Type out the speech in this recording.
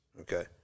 okay